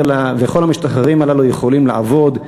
כל המשתחררים האלה יכולים לעבוד,